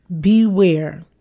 Beware